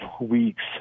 weeks